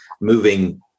moving